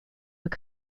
were